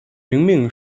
明命